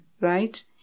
right